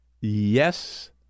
Yes